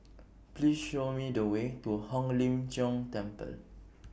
Please Show Me The Way to Hong Lim Jiong Temple